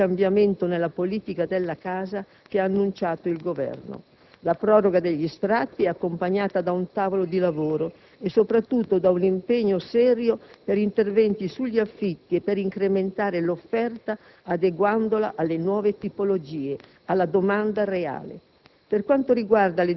Per questo occorre quel cambiamento nella politica della casa che ha annunciato il Governo. La proroga degli sfratti è accompagnata da un tavolo di lavoro e, soprattutto, da un impegno serio per interventi sugli affitti e per incrementare l'offerta adeguandola alle nuove tipologie, alla domanda reale.